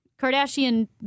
Kardashian